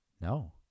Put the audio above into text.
No